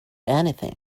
anything